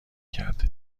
کرده